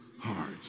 heart